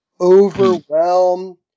overwhelm